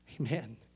Amen